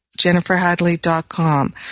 JenniferHadley.com